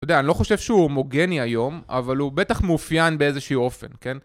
אתה יודע, אני לא חושב שהוא הומוגני היום, אבל הוא בטח מופיין באיזשהו אופן, כן?